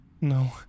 No